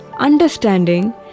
understanding